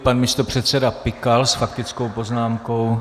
Pan místopředseda Pikal s faktickou poznámkou.